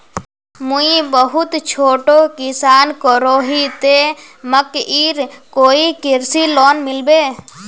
मुई बहुत छोटो किसान करोही ते मकईर कोई कृषि लोन मिलबे?